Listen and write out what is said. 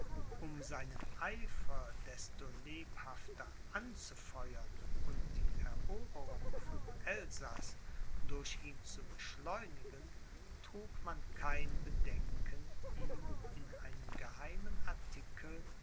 um seinen eifer desto lebhafter anzufeuern und die eroberung von elsaß durch ihn zu beschleunigen trug man kein bedenken ihm in einem geheimen artikel